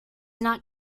not